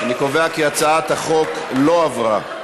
אני קובע כי הצעת החוק לא עברה.